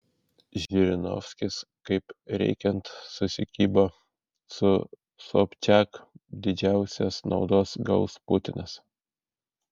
žirinovskis kaip reikiant susikibo su sobčiak didžiausios naudos gaus putinas